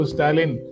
Stalin